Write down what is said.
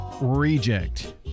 reject